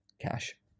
cash